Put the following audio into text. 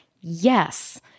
yes